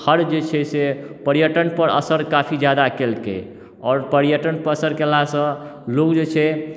हर जे छै से पर्यटनपर असर काफी ज्यादा केलकै आओर पर्यटनपर असर कएलासँ लोक जे छै